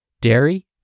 dairy